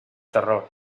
terror